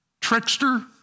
trickster